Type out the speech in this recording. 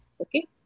Okay